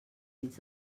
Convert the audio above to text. dits